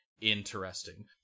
interesting